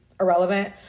irrelevant